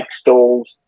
stalls